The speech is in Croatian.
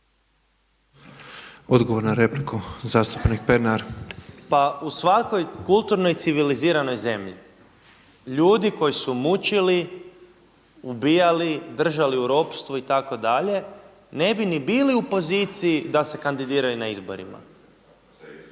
Odgovor na repliku zastupnik Pernar. **Pernar, Ivan (Abeceda)** Pa u svakoj kulturnoj, civiliziranoj zemlji ljudi koji su mučili, ubijali, držali u ropstvu itd. ne bi ni bili u poziciji da se kandidiraju na izborima.